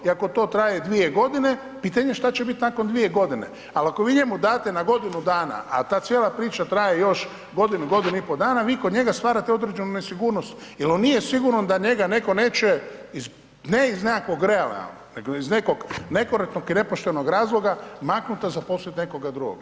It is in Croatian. I ako to traje 2 g. pitanje je što će biti nakon 2 g. ali ako vi njemu date na godinu dana, a ta cijela priča traje, još godinu, godinu i pol dana, vi kod njega stvarate određenu nesigurnost, jer on nije siguran da njega netko neće, ne iz nekog reala, nego iz nekog nekorektnog i nepoštenog razloga, maknuti, a zaposliti nekoga drugoga.